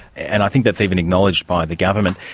and i think that is even acknowledged by the government.